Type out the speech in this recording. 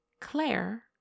Claire